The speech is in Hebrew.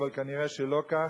אבל נראה שלא כך.